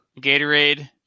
Gatorade